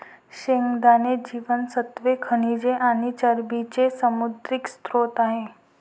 शेंगदाणे जीवनसत्त्वे, खनिजे आणि चरबीचे समृद्ध स्त्रोत आहेत